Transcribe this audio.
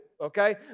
okay